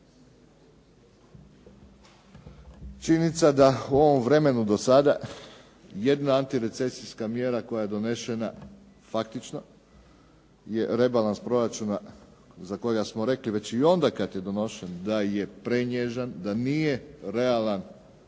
Činjenica da u ovom vremenu do sada jedna antirecesijska mjera koja je donesena faktična je rebalans proračuna za kojega smo rekli već i onda kad je donošen da je prenježan, da nije realan